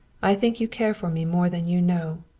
i think you care for me more than you know.